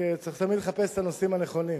רק צריך תמיד לחפש את הנושאים הנכונים.